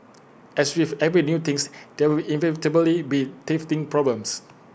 as with every new thing there will inevitably be teething problems